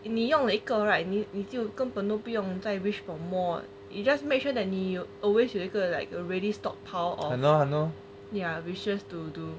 你用了一个 right 你你你就根本都不用再 wish for more you just make sure that 你 always 有一个 like already stockpile or ya wishes to to